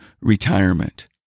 retirement